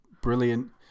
brilliant